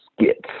skits